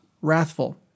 wrathful